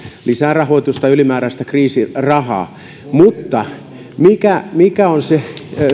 lisää rahoitusta ylimääräistä kriisirahaa mutta mikä mikä on se